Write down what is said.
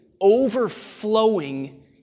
overflowing